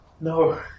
No